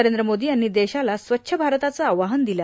नरेंद्र मोदी यांनी देशाला स्वच्छ भारताचं आवाहन दिले